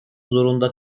zorunda